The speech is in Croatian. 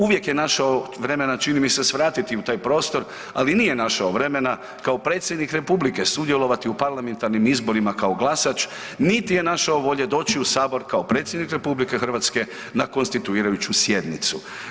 Uvijek je našao vremena, čini mi se svratiti u taj prostor, ali nije našao vremena kao predsjednik Republike sudjelovati u parlamentarnim izborima kao glasač niti je našao volje doći u Sabor kao predsjednik RH na konstituirajuću sjednicu.